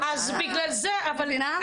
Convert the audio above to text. את מבינה?